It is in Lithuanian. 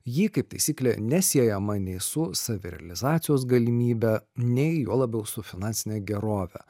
ji kaip taisyklė nesiejama nei su savirealizacijos galimybe nei juo labiau su finansine gerove